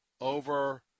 over